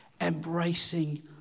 Embracing